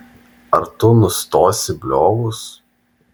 ar tu nustosi bliovus